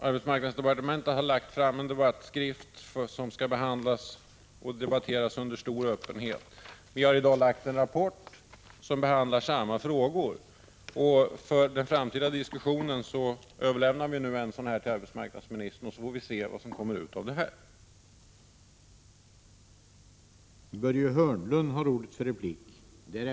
Arbetsmarknadsdepartementet har lagt fram en debattskrift som skall behandlas och debatteras under stor öppenhet. Vi moderater har i dag presenterat en rapport som behandlar samma frågor. För den framtida diskussionen överlämnas härmed ett exemplar till arbetsmarknadsministern. Sedan får vi se vad resultatet härav blir.